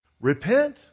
repent